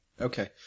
Okay